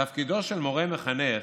תפקידו של מורה מחנך,